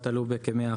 דובי, אתה רואה?